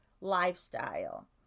lifestyle